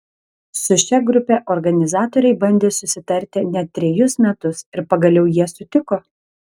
su šia grupe organizatoriai bandė susitarti net trejus metus ir pagaliau jie sutiko